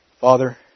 Father